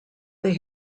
they